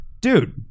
Dude